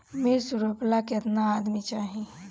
मिर्च रोपेला केतना आदमी चाही?